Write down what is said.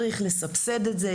צריך לסבסד את זה.